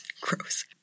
Gross